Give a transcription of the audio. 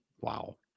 Wow